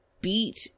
beat